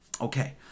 Okay